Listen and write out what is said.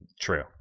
True